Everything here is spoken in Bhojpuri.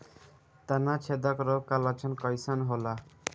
तना छेदक रोग का लक्षण कइसन होला?